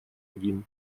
один